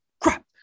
crap